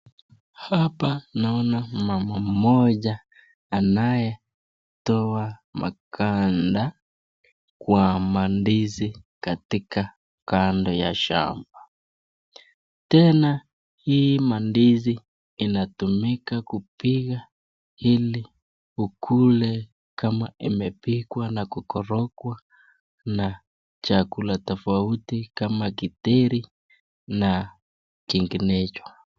Hapa naona mama mmoja anayetoa maganda ya mandizi katika shamba. Tena hii mandizi inatumika kupika ili ukule kama imepikwa na kukorogwa na chakula tofauti kama githeri na chakula kinginecho.